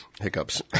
hiccups